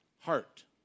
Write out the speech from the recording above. heart